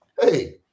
hey